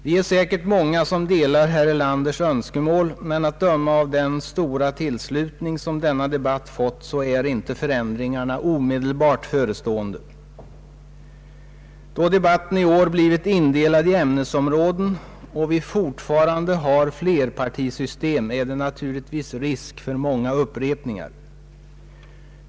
Vi är säkert många som delar herr Erlanders önskemål, men att döma av den stora tillslutning som denna debatt fått är inte förändringarna omedelbart förestående. Då debatten i år blivit indelad i ämnesområden och vi fortfarande har flerpartisystem är det naturligtvis risk för många upprepningar.